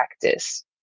practice